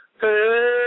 Hey